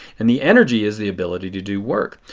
and the energy is the ability to do work.